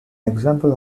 example